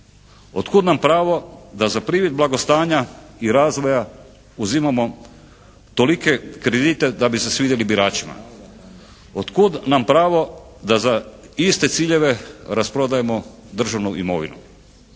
Od kud nam pravo da za privid blagostanja i razvoja uzimamo tolike kredite da bi se svidjeli biračima? Od kud nam pravo da za iste ciljeve rasprodajemo državnu imovinu?